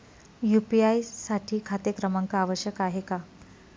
UPI साठी खाते क्रमांक आवश्यक आहे का?